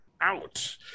out